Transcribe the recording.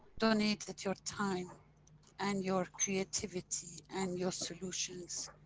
donated your time and your creativity and your solutions,